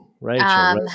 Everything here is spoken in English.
Right